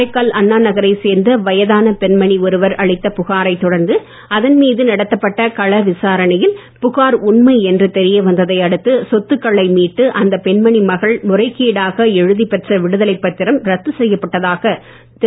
காரைக்கால் அண்ணாநகரைச் சேர்ந்த வயதான பெண்மணி ஒருவர் அளித்த புகாரைத் தொடர்ந்து அதன் மீது நடத்தப்பட்ட கள விசாரணையில் புகார் உண்மை என்று தெரியவந்ததை அடுத்து சொத்துக்களை மீட்டு அந்த பெண்மணி மகள் முறைகேடாக எழுதி பெற்ற விடுதலைப் பத்திரம் ரத்து செய்யப்பட்டதாக திரு